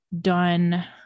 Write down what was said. done